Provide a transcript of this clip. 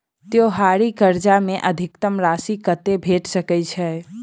त्योहारी कर्जा मे अधिकतम राशि कत्ते भेट सकय छई?